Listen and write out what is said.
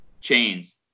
chains